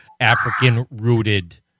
African-rooted